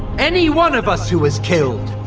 any one of us who was killed,